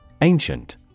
Ancient